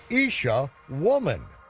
eesha, woman.